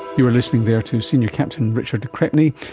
you were listening there to senior captain richard de crespigny,